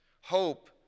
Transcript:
Hope